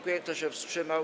Kto się wstrzymał?